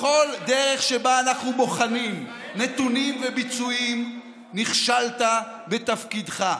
בכל דרך שבה אנחנו בוחנים נתונים וביצועים נכשלת בתפקידך.